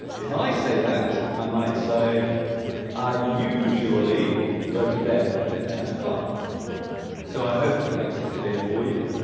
if i say that i might say i usually go to bed at ten o'clock so i hope that makes it clear for you